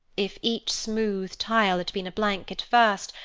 if each smooth tile had been a blank at first,